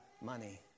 money